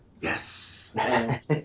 Yes